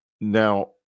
now